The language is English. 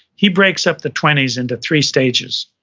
he breaks up the twenty s into three stages.